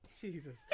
Jesus